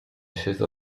sceso